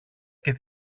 και